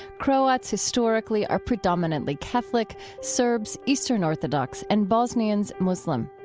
croats historically are predominantly catholic, serbs eastern orthodox, and bosnians muslim.